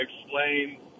explain